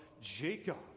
Jacob